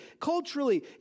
culturally